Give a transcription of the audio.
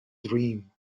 dream